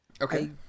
Okay